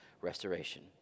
restoration